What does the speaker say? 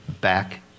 back